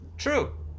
true